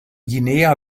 guinea